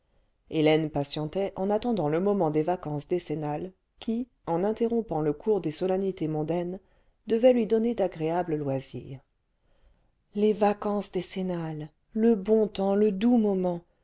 hélène patientait en attendant le moment des vacances décennales qui en interrompant le cours des solennités mondaines devaient lui donner d'agréables loisirs les vacances décennales le bon temps le doux moment